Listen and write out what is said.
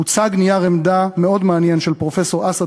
הוצג נייר עמדה מעניין מאוד של פרופסור אסעד